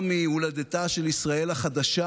גם מהולדתה של ישראל החדשה,